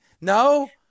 no